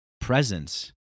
presence